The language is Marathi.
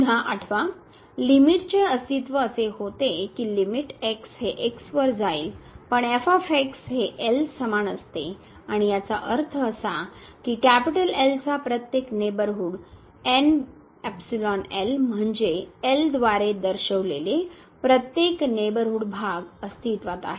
पुन्हा आठवा लिमिटचे अस्तित्व असे होते की लिमिट x हे x वर जाईल पण हे समान असते आणि याचा अर्थ असा की L चा प्रत्येक नेबरहूड म्हणजे द्वारे दर्शविलेले प्रत्येक नेबरहूड भाग अस्तित्त्वात आहे